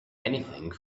anything